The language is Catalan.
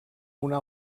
una